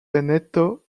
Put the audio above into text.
veneto